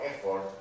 effort